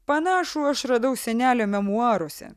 panašų aš radau senelio memuaruose